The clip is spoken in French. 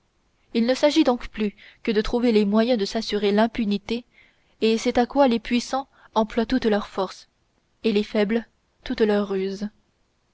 il ne s'agit donc plus que de trouver les moyens de s'assurer l'impunité et c'est à quoi les puissants emploient toutes leurs forces et les faibles toutes leurs ruses